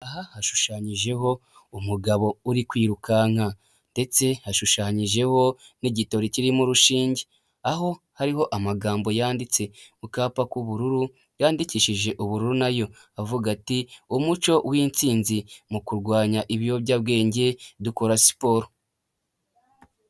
Aha hashushanyijeho umugabo uri kwirukanka, ndetse hashushanyijeho n'igitori kirimo urushinge, aho hari amagambo yanditse mu kapa k'ubururu, yandikishije ubururu nayo, avuga ati, umuco w'intsinzi mu kurwanya ibiyobyabwenge, dukora siporo.